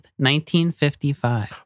1955